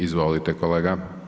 Izvolite kolega.